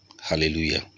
Hallelujah